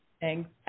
Thanks